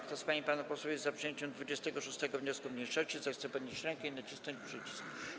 Kto z pań i panów posłów jest za przyjęciem 26. wniosku mniejszości, zechce podnieść rękę i nacisnąć przycisk.